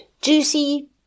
juicy